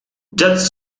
just